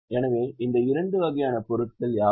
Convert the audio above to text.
எனவே இந்த இரண்டு வகையான பொருட்கள் யாவை